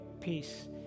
peace